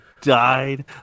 died